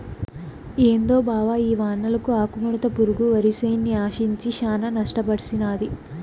ఏందో బావ ఈ వానలకు ఆకుముడత పురుగు వరిసేన్ని ఆశించి శానా నష్టపర్సినాది